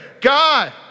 God